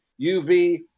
UV